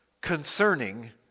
concerning